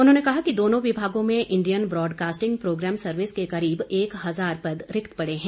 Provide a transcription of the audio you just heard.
उन्होंने कहा कि दोनों विभागों में इंडियन ब्रॉडकास्टिंग प्रोग्राम सर्विस के करीब एक हजार पद रिक्त पड़े हैं